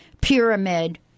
pyramid